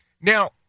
Now